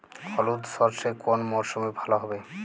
হলুদ সর্ষে কোন মরশুমে ভালো হবে?